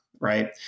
right